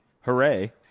hooray